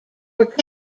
were